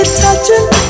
touching